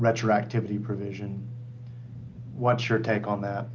retroactivity provision what's your take on that